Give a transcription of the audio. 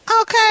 Okay